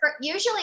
usually